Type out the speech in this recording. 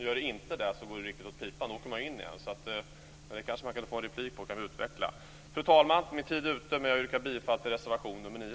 Gör det inte det går det riktigt åt pipan och de åker in igen. Det kanske jag kan få en replik på så att jag kan utveckla det. Fru talman! Min talartid är ute. Jag yrkar bifall till reservation nr 9.